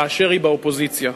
כאשר היא באופוזיציה.